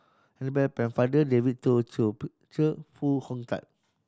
Pennefather David Foo Hong Tatt